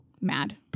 mad